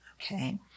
Okay